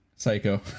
Psycho